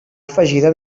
afegida